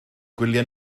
gwyliau